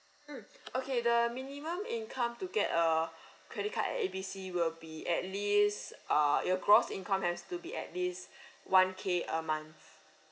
mm okay the minimum income to get a credit card at A B C will be at least uh your gross income has to be at least one K a month